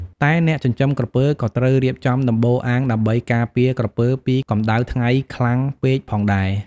តែអ្នកចិញ្ចឹមក្រពើក៏ត្រូវរៀបចំដំបូលអាងដើម្បីការពារក្រពើពីកម្ដៅថ្ងៃខ្លាំងពេកផងដែរ។